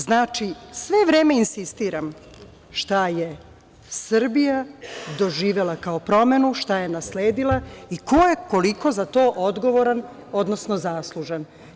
Znači, sve vreme insistiram šta je Srbija doživela kao promenu, šta je nasledila i ko je koliko za to odgovoran, odnosno zaslužan.